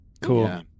Cool